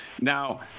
Now